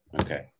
Okay